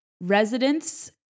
residents